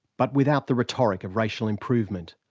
but without the rhetoric of racial improvement.